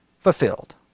fulfilled